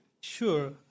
Sure